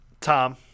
Tom